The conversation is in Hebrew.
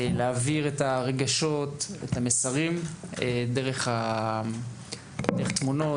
להעביר את הרגשות והמסרים דרך תמונות,